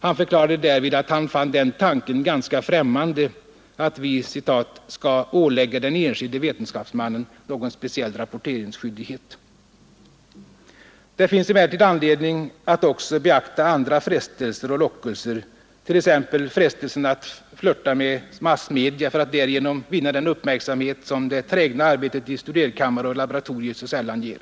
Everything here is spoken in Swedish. Han förklarade därvid att han fann den tanken ganska främmande, att ”vi skall ålägga den enskilde vetenskapsmannen någon speciell rapporteringsskyldighet”. Det finns emellertid anledning att också beakta andra frestelser och lockelser, t.ex. frestelsen att flirta med massmedia för att därigenom vinna den uppmärksamhet som det trägna arbetet i studerkammare och laboratorier så sällan ger.